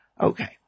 Okay